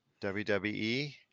WWE